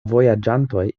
vojaĝantoj